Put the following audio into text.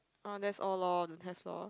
uh that's all lor that's all